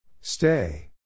Stay